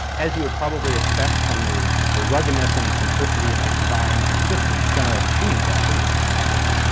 as you would probably expect from the the ruggedness and the simplicity of the design, and just the general machining quality which is excellent,